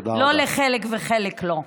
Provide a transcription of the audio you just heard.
לא לחלק כן ולחלק לא.